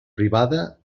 privada